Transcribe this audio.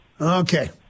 Okay